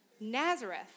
Nazareth